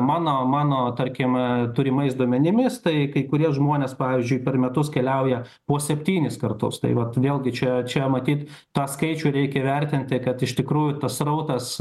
mano mano tarkim turimais duomenimis tai kai kurie žmonės pavyzdžiui per metus keliauja po septynis kartus tai vat vėlgi čia čia matyt tą skaičių reikia vertinti kad iš tikrųjų tas srautas